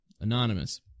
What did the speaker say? Anonymous